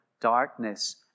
darkness